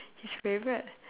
his favourite